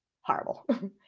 horrible